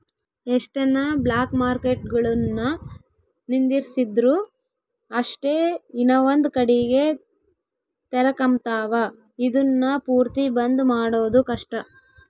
ಎಷ್ಟನ ಬ್ಲಾಕ್ಮಾರ್ಕೆಟ್ಗುಳುನ್ನ ನಿಂದಿರ್ಸಿದ್ರು ಅಷ್ಟೇ ಇನವಂದ್ ಕಡಿಗೆ ತೆರಕಂಬ್ತಾವ, ಇದುನ್ನ ಪೂರ್ತಿ ಬಂದ್ ಮಾಡೋದು ಕಷ್ಟ